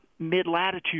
mid-latitude